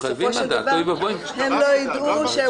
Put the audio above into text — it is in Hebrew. אבל בסופו של דבר שניהם לא יידעו שהוא